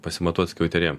pasimatuot skiauterėm